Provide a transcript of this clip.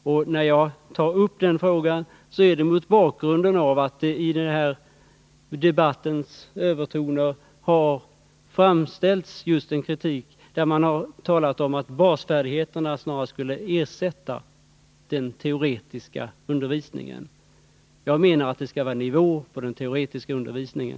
Jag har tagit upp den frågan mot bakgrunden av att det i debattens övertoner har framförts just en kritik där man talat om att basfärdigheterna snarast skulle ersätta den teoretiska undervisningen. Jag menar att den teoretiska undervisningen skall hålla en viss nivå.